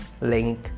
link